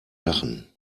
lachen